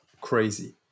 crazy